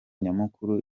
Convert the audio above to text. nyamukuru